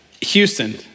Houston